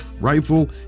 rifle